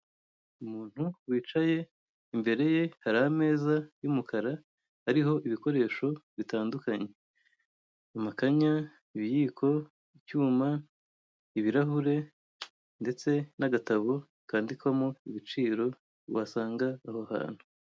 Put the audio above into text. Umuntu wicaye imbere ye hari ameza y'umukara ariho ibikoresho bitandukanye. Amakanya ibiyiko, icyuma, ibirahure ndetse n'agatabo kandikwamo ibiciro wasanga aho hantu.